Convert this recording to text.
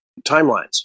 timelines